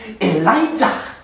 Elijah